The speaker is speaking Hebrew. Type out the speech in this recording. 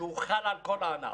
שהוא חל על כל הענף.